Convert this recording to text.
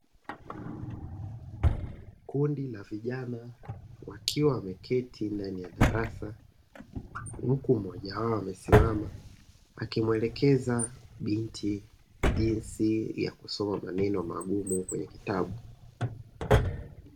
Kundi la vijana wakiwa wameketi ndani ya darasa huku mmoja wao amesimama akimuelekeza binti jinsi ya kusoma maneno magumu kwenye kitabu.